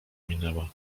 minęła